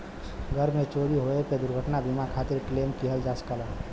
घर में चोरी होये पे दुर्घटना बीमा खातिर क्लेम किहल जा सकला